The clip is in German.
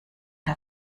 der